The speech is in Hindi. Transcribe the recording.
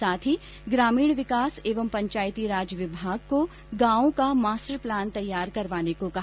साथ ही ग्रामीण विकास एवं पंचायती राज विभाग को गांवों का मास्टर प्लान तैयार करवाने को कहा